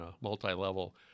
multi-level